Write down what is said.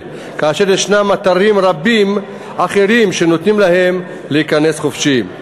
כאשר ישנם אתרים רבים אחרים שנותנים להם להיכנס חופשי?